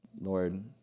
Lord